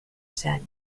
said